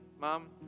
Mom